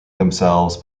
themselves